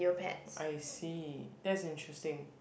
I see that's interesting